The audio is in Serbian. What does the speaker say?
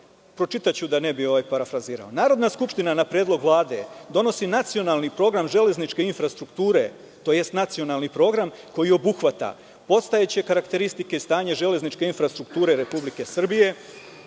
važan. Pročitaću da ne bih parafrazirao – Narodna skupština na Predlog Vlade donosi nacionalni program železničke infrastrukture tj. nacionalni program koji obuhvata postojeće karakteristike i stanje železničke infrastrukture Republike Srbije,